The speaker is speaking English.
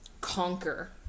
conquer